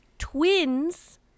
twins